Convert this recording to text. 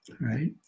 right